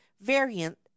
variant